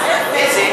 איזה?